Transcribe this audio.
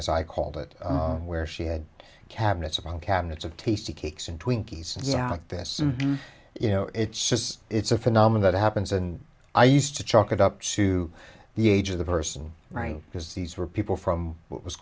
as i called it where she had cabinets upon cabinets of tasty cakes and twinkies yeah like this you know it's just it's a phenomena that happens and i used to chalk it up to the age of the person right because these were people from what was